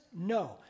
no